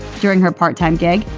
during her part-time gig,